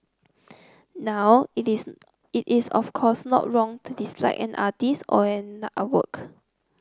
now it is of course not wrong to dislike an artist or an artwork